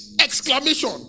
exclamation